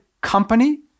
company